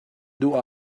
duh